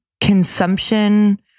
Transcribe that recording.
consumption